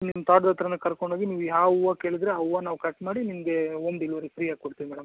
ನಿಮ್ಮ ತ್ವಾಟದ ಹತ್ರನೆ ಕರ್ಕೊಂಡೋಗಿ ನೀವು ಯಾವ ಹೂವು ಕೇಳಿದ್ರೆ ಆ ಹೂವು ನಾವು ಕಟ್ ಮಾಡಿ ನಿಮಗೆ ಹೋಮ್ ಡಿಲಿವರಿ ಫ್ರೀಯಾಗಿ ಕೊಡ್ತೀವಿ ಮೇಡಮ್